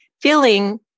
feeling